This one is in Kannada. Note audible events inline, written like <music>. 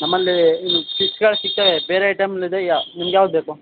ನಮ್ಮಲ್ಲಿ ಇಲ್ಲಿ ಫಿಶ್ಗಳು ಸಿಗ್ತವೆ ಬೇರೆ ಐಟಮ್ <unintelligible> ನಿಮ್ಗೆ ಯಾವ್ದು ಬೇಕು